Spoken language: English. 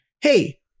hey